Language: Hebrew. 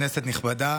כנסת נכבדה,